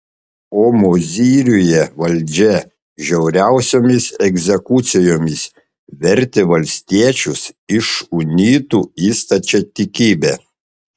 o mozyriuje valdžia žiauriausiomis egzekucijomis vertė valstiečius iš unitų į stačiatikybę